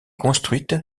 construite